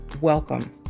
welcome